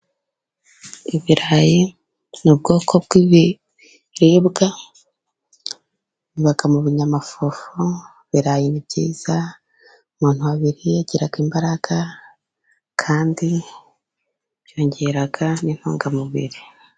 Ibirayi ni ubwoko bw'biribwa, biba mu binyamafufu, ibirayi ni byiza muntu wabiriye agira imbaraga, kandi byongera n'intungamubiri.